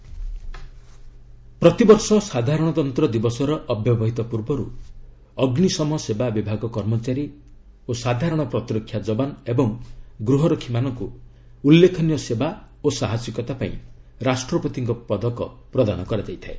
president's medal ପ୍ରତିବର୍ଷ ସାଧାରଣତନ୍ତ୍ର ଦିବସର ଅବ୍ୟବହିତ ପୂର୍ବରୁ ଅଗ୍ନିଶମ ସେବା ବିଭାଗ କର୍ମଚାରୀ ଓ ସାଧାରଣ ପ୍ରତିରକ୍ଷା ଯବାନ ଏବଂ ଗୃହରକ୍ଷୀ ମାନଙ୍କୁ ଉଲ୍ଲେଖନୀୟ ସେବା ଓ ସାହସିକତା ପାଇଁ ରାଷ୍ଟ୍ରପତିଙ୍କ ପଦକ ପ୍ରଦାନ କରାଯାଇଥାଏ